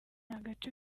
agace